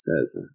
says